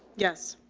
yes.